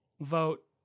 vote